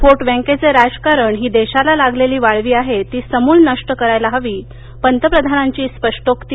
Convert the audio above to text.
vote बँकेचं राजकारण ही देशाला लागलेली वाळवी आहे ती समूळ नष्ट करायला हवी पंतप्रधानांचि स्पष्टोक्ती